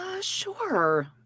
Sure